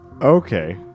Okay